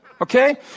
Okay